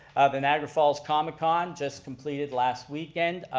the niagara falls comic con just completed last weekend.